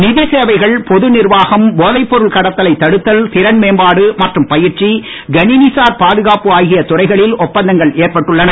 நிதிச்சேவைகள் பொது நிர்வாகம் போதைப் பொருள் கடத்தலை தடுத்தல் திறன்மேம்பாடு மற்றும் பயிற்சி கணிணி சார் பாதுகாப்பு ஆகிய துறைகளில் ஒப்பந்தங்கள் ஏற்பட்டுள்ளன